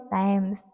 times